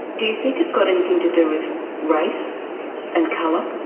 do you think it's got anything to do with race and colour?